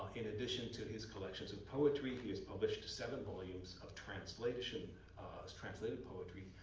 in addition to his collections of poetry, he has published seven volumes of translation his translated poetry,